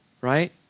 right